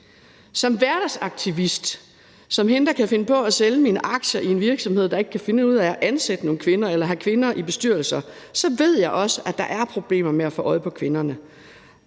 Som hverdagsaktivist, som hende, der kan finde på at sælge mine aktier i en virksomhed, der ikke kan finde ud af at ansætte nogle kvinder eller have kvinder i bestyrelsen, ved jeg også, at der er problemer med at få øje på kvinderne.